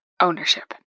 ownership